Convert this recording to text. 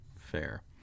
fair